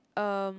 um